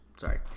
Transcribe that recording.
Sorry